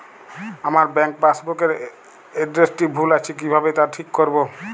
আমার bank passbook এর এড্রেসটি ভুল আছে কিভাবে তা ঠিক করবো?